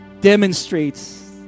demonstrates